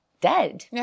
dead